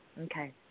Okay